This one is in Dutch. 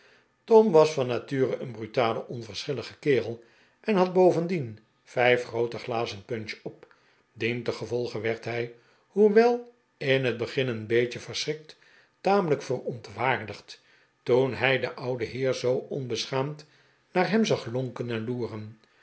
tom was van nature een brutale onverschillige kerel en had bovendien vijf groote glazen punch op dientengevolge werd hij hoe wel in het begin een beetje verschrikt tamelijk verontwaardigd toen hij den ouden heer zoo onbeschaamd naar hem zag lonken en loeren